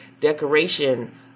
decoration